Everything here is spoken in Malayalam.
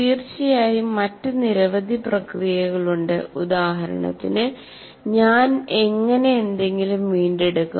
തീർച്ചയായും മറ്റ് നിരവധി പ്രക്രിയകളുണ്ട് ഉദാഹരണത്തിന് ഞാൻ എങ്ങനെ എന്തെങ്കിലും വീണ്ടെടുക്കും